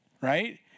right